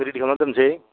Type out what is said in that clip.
आं रेदि खालामना दोनसै